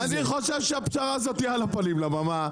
אני חושב שהפשרה הזאת היא על הפנים למה מה?